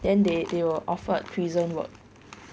then they they were offered prison work